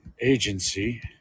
agency